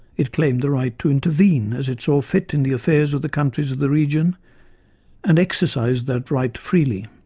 it claimed the right to intervene as it saw fit in the affairs of the countries of the region and exercised that right freely.